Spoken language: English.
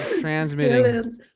Transmitting